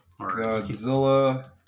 godzilla